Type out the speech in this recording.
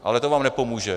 Ale to vám nepomůže.